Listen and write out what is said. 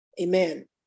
Amen